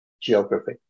geography